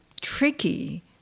tricky